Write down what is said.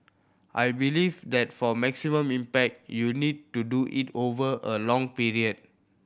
I believe that for maximum impact you need to do it over a long period